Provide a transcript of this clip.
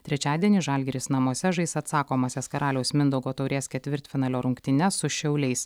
trečiadienį žalgiris namuose žais atsakomąsias karaliaus mindaugo taurės ketvirtfinalio rungtynes su šiauliais